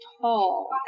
tall